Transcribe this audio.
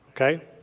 okay